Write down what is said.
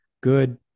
good